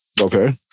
Okay